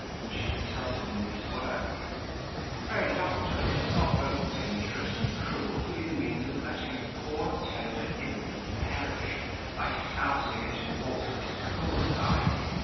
whom she consulted in these words pray, doctor, is it not both dangerous and cruel to be the means of letting a poor tender infant perish by sousing it in water as cold as ice?